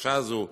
הבקשה הזו,